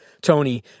Tony